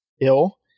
ill